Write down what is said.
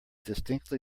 distinctly